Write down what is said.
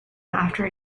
after